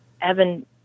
Evan